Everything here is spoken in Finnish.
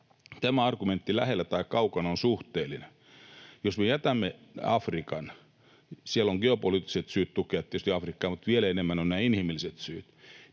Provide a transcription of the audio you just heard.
Tämä argumentti ”lähellä tai kaukana” on suhteellinen. On tietysti geopoliittiset syyt tukea Afrikkaa, mutta vielä enemmän ovat inhimilliset syyt,